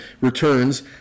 returns